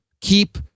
keep